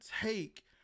take